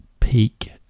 peak